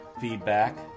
feedback